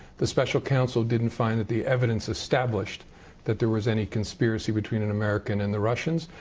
the special counsel didn't find that the evidence established that there was any conspiracy between an american and the russians.